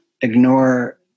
ignore